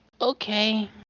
Okay